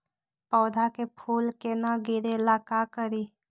पौधा के फुल के न गिरे ला का करि?